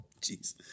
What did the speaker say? Jeez